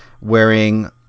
wearing